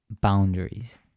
boundaries